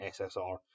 SSR